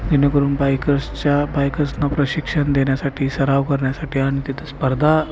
जेणेकरून बायकर्सच्या बायकर्सना प्रशिक्षण देण्यासाठी सराव करण्यासाठी आणि तिथं स्पर्धा